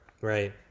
Right